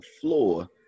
floor